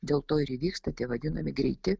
dėl to ir įvyksta tie vadinami greiti